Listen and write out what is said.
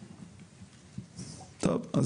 טוב.